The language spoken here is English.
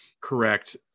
correct